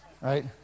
right